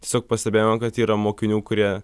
tiesiog pastebėjom kad yra mokinių kurie